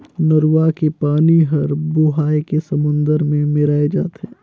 नरूवा के पानी हर बोहाए के समुन्दर मे मेराय जाथे